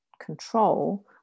control